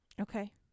Okay